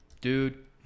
Dude